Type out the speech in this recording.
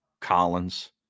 Collins